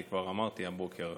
כי כבר אמרתי הבוקר.